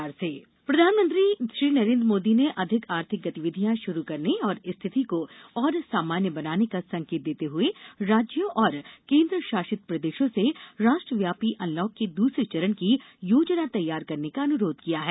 प्रधानमंत्री संवाद प्रधानमंत्री ने अधिक आर्थिक गतिविधियां शुरू करने और स्थिति को और सामान्य बनाने का संकेत देते हुए राज्यों और केन्द्र शासित प्रदेशों से राष्ट्रव्यापी अनलॉक के दूसरे चरण की योजना तैयार करने का अनुरोध किया है